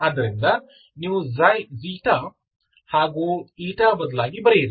ಆದ್ದರಿಂದ ನೀವು ಹಾಗೂ ಬದಲಾಗಿ ಬರೆಯಿರಿ